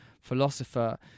philosopher